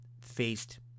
Faced